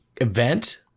event